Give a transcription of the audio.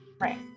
right